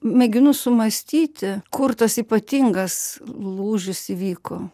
mėginu sumąstyti kur tas ypatingas lūžis įvyko